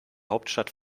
hauptstadt